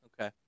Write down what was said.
Okay